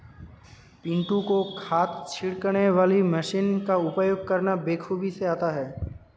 पिंटू को खाद छिड़कने वाली मशीन का उपयोग करना बेखूबी से आता है